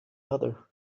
other